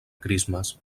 christmas